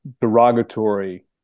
derogatory